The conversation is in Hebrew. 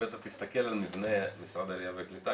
אם אתה תסתכל על נתוני משרד העלייה והקליטה,